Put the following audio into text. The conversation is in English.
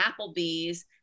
Applebee's